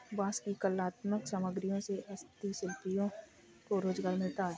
बाँस की कलात्मक सामग्रियों से हस्तशिल्पियों को रोजगार मिलता है